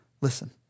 Listen